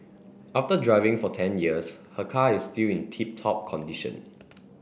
after driving for ten years her car is still in tip top condition